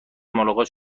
ملاقات